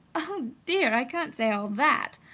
oh, dear, i can't say all that!